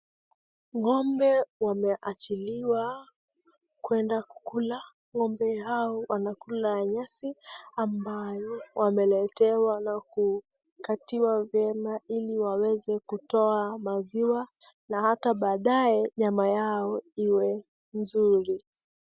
Ng'ombe wameachiliwa kwenda kukula ng'ombe hao wanakula nyasi ambayo wameletewa na kukatiwa vyema ili waweze kutoa maziwa na hata baadae nyama yao iwe nzuri.